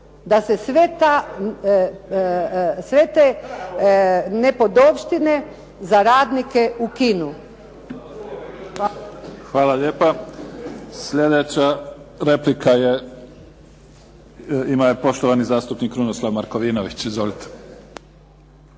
da se sve te nepodopštine za radnike ukinu. **Mimica, Neven (SDP)** Hvala lijepa. Sljedeća replika, ima je poštovani zastupnik Krunoslav Markovinović. Izvolite.